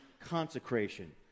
consecration